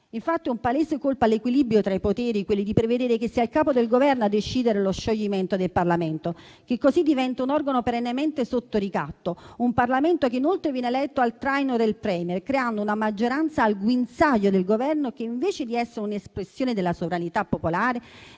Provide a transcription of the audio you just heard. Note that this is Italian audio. infatti, un palese colpo all'equilibrio tra i poteri il fatto di prevedere che sia il capo del Governo a decidere lo scioglimento del Parlamento, che così diventa un organo perennemente sotto ricatto; inoltre, il Parlamento verrebbe letto al traino del *Premier,* creando una maggioranza al guinzaglio del Governo che, invece di essere un'espressione della sovranità popolare,